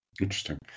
Interesting